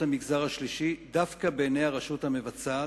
המגזר השלישי דווקא בעיני הרשות המבצעת,